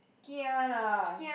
kia lah